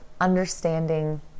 understanding